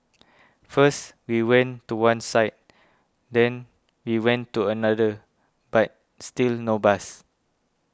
first we went to one side then we went to another but still no bus